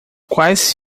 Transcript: quais